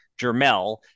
Jermel